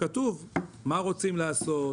כתוב מה רוצים לעשות,